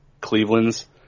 Cleveland's